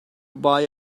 buy